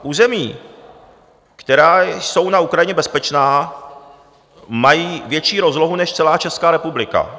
Území, která jsou na Ukrajině bezpečná, mají větší rozlohu než celá Česká republika.